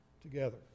together